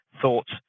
thoughts